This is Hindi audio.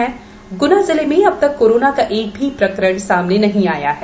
उधर गुना जिले में अब तक कोरोना का एक भी प्रकरण सामने नहीं आया है